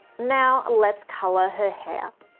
now let's color her hair.